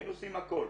היינו עושים הכל.